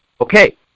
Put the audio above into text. Okay